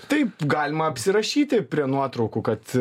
taip galima apsirašyti prie nuotraukų kad